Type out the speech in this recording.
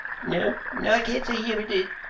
no no, i cannot say he ever did.